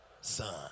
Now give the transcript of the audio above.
son